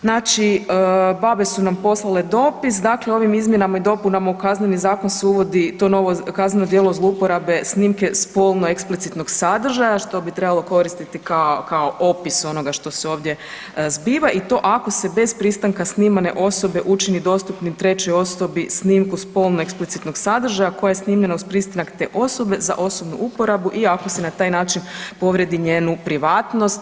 Znači BaBe su nam poslale dopis, dakle ovim izmjenama i dopunama u Kazneni zakon se uvodi to novo kazneno djelo zlouporabe snimke spolno eksplicitnog sadržaja što bi trebalo koristiti kao opis onoga što se ovdje zbiva i to ako se bez pristanka snimane osobe učini dostupnim trećoj osobi snimku spolno eksplicitnog sadržaja koja je snimljena uz pristanak te osobe za osobnu uporabu i ako se na taj način povrijedi njenu privatnost.